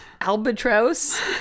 Albatross